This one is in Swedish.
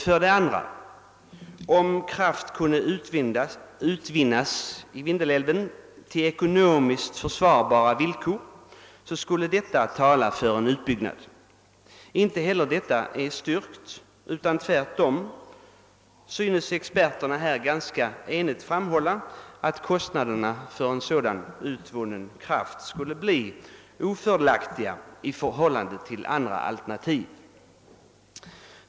Vidare skulle, : om kraft kunde utvinnas ur Vindelälven till ekonomiskt försvarbara villkor, detta tala för en utbyggnad. Inte heller detta är styrkt, utan tvärtom synes experterna ganska enigt framhålla att kostnaderna för sådan kraft skulle bli ofördelaktiga i förhållande till andra alternativ.